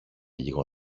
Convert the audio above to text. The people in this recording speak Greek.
λίγο